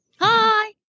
Hi